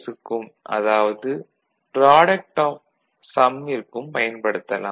க்கும் அதாவது product of சம்மிற்கும் பயன்படுத்தலாம்